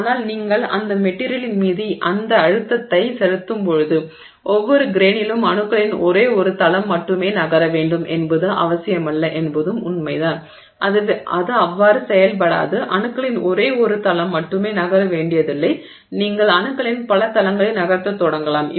ஆனால் நீங்கள் அந்த மெட்டிரியலின் மீது அந்த அழுத்தத்தைச் செலுத்தும்போது ஒவ்வொரு கிரெய்னிலும் அணுக்களின் ஒரே ஒரு தளம் மட்டுமே நகர வேண்டும் என்பது அவசியமில்லை என்பதுவும் உண்மைதான் அது அவ்வாறு செயல்படாது அணுக்களின் ஒரே ஒரு தளம் மட்டுமே நகர வேண்டியதில்லை நீங்கள் அணுக்களின் பல தளங்களை நகர்த்தத் தொடங்கலாம்